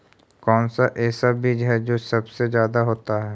कौन सा ऐसा बीज है जो सबसे ज्यादा होता है?